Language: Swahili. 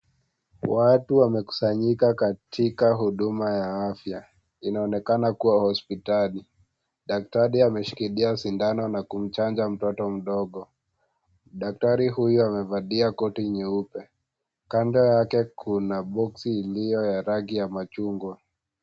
Watu wamekusanyika katika huduma ya afya, inaonekana kuwa hospitali. Daktari ameshikilia sindano na kumchanja mtoto mdogo. Daktari huyu amevalia koti nyeupe. Kando yake kuna boxi iliyo ya rangi ya machungwa.